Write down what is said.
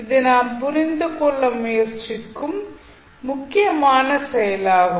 இது நாம் புரிந்து கொள்ள முயற்சிக்கும் முக்கியமான செயலாகும்